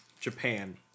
Japan